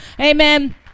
amen